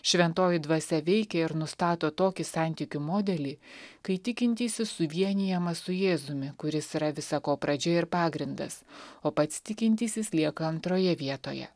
šventoji dvasia veikia ir nustato tokį santykių modelį kai tikintysis suvienijamas su jėzumi kuris yra visa ko pradžia ir pagrindas o pats tikintysis lieka antroje vietoje